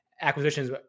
acquisitions